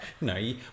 No